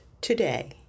today